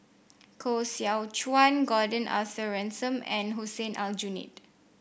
Koh Seow Chuan Gordon Arthur Ransome and Hussein Aljunied